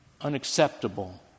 unacceptable